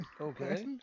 Okay